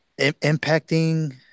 impacting